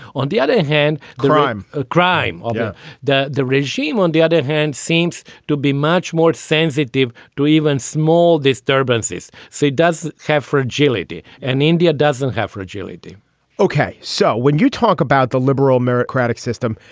on the other hand, crime, a crime that yeah the the regime, on the other hand, seems to be much more sensitive to. even small disturbances, say, does have fragility and india doesn't have fragility ok. so when you talk about the liberal meric craddick system,